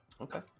Okay